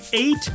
eight